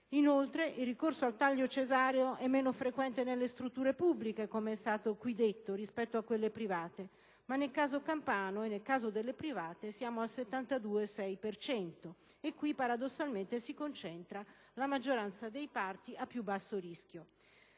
Inoltre, il ricorso al taglio cesareo è meno frequente nelle strutture pubbliche, come è stato qui detto, rispetto a quelle private. Nel caso campano, però, e nel caso delle private il dato è pari al 72,6 per cento e qui, paradossalmente, si concentra la maggioranza dei parti a più basso rischio.